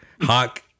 Hawk